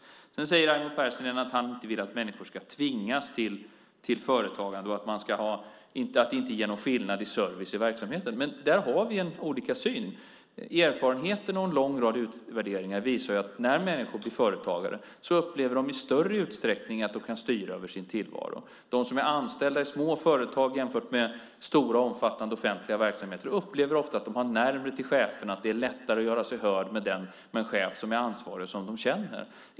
Sedan säger Raimo Pärssinen att han inte vill att människor ska tvingas till företagande och att det inte ger någon skillnad i service i verksamheten. Där har vi olika syn. Erfarenheten och en lång rad utvärderingar visar att när människor blir företagare upplever de i större utsträckning att de kan styra över sin tillvaro. De som är anställda i små företag jämfört med stora och omfattande offentliga verksamheter upplever ofta att de har närmare till cheferna och att det är lättare att göra sig hörd med en ansvarig chef som de känner.